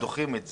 דוחים את זה.